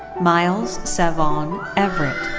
myles savon everett.